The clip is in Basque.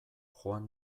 joan